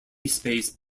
space